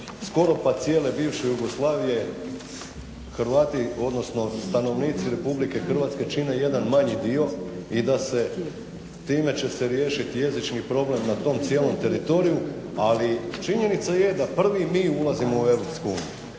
skoro pa cijele bivše Jugoslavije Hrvati odnosno stanovnici RH čine jedan manji dio i da se time će se riješiti jezični problem na tom cijelom teritoriju ali činjenica je da prvi mi ulazimo u EU.